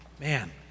Man